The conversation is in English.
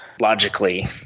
logically